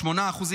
ב-8%,